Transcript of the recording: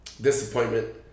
disappointment